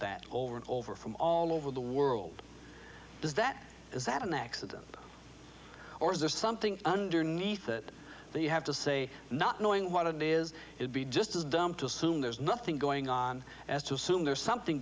that over and over from all over the world does that is that an accident or is there something underneath that you have to say not knowing what it is it be just as dumb to assume there's nothing going on as to assume there's something